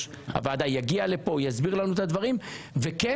הוועדה יגיע לפה ויסביר לנו את הדברים וכן,